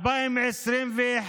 2021,